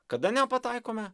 kada nepataikome